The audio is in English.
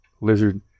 Lizard